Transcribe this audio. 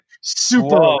Super